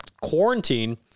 quarantine –